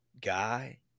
guy